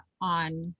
on